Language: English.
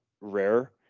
rare